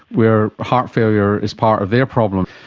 where heart failure is part of their problem.